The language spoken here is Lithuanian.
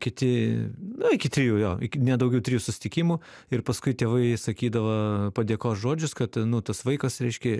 kiti na iki trijų jo iki ne daugiau trijų susitikimų ir paskui tėvai sakydavo padėkos žodžius kad nu tas vaikas reiškia